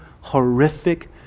horrific